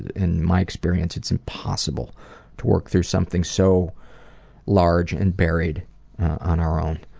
and my experience it's impossible to work through something so large and buried on our own.